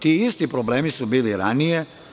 Ti isti problemi su bili i ranije.